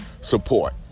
Support